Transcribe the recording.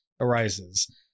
arises